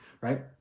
right